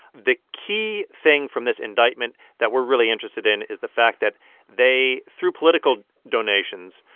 the key thing from this indictment that we're really interested in is the fact that they, through political donations,